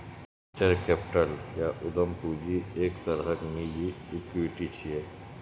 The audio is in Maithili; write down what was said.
वेंचर कैपिटल या उद्यम पूंजी एक तरहक निजी इक्विटी छियै